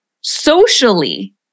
Socially